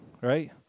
right